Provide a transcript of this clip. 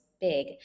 big